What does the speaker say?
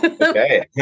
Okay